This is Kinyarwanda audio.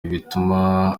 bituma